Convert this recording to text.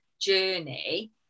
journey